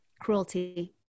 Cruelty